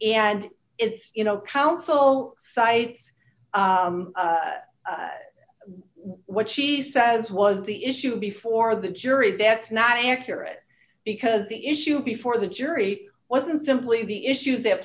and it's you know counsel cites what she says was the issue before the jury that's not accurate because the issue before the jury wasn't simply the issue that